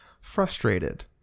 frustrated